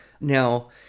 Now